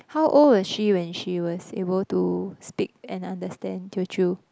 how old was she when she was able to speak and understand Teochew